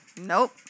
Nope